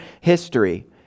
history